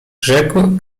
rzekł